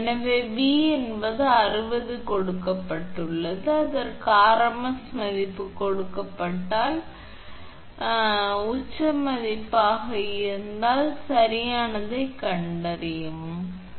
எனவே V என்பது 60 கொடுக்கப்பட்டது அதற்கு rms மதிப்பு கொடுக்கப்பட்டால் அது rms இல் உச்ச மதிப்பாக இருந்தால் அதன் உச்ச மதிப்பு சரியானதாகக் கண்டறியவும் உங்கள் 60 × 1